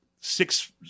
six